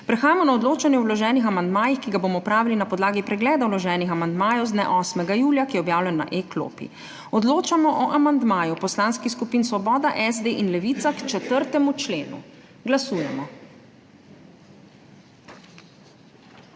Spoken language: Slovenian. Prehajamo na odločanje o vloženih amandmajih, ki ga bomo opravili na podlagi pregleda vloženih amandmajev z dne 8. julija, ki je objavljen na e-klopi. Odločamo o amandmaju poslanskih skupin Svoboda, SD in Levica k 4. členu. Glasujemo.